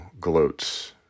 gloats